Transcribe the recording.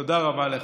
תודה רבה לך.